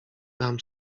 dam